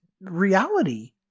reality